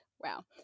Wow